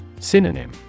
Synonym